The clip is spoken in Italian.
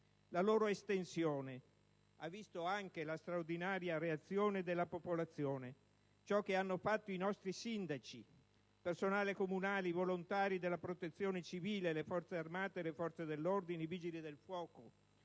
la loro estensione. Lei ha visto anche la straordinaria reazione della popolazione: ciò che hanno fatto i nostri sindaci, il personale comunale, i volontari della Protezione civile, le Forze armate, le forze dell'ordine, i Vigili del fuoco,